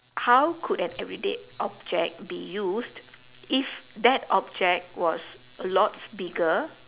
how could an everyday object be used if that object was a lot bigger